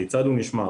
כיצד הוא נשמר,